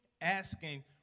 asking